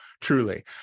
truly